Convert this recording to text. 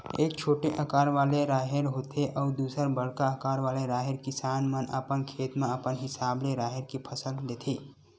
एक छोटे अकार वाले राहेर होथे अउ दूसर बड़का अकार वाले राहेर, किसान मन अपन खेत म अपन हिसाब ले राहेर के फसल लेथे